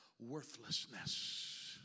Worthlessness